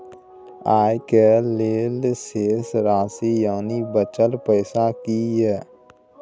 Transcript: आय के लेल शेष राशि यानि बचल पैसा की हय?